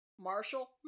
marshall